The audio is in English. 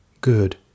Good